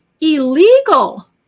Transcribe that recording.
illegal